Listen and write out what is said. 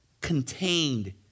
contained